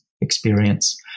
experience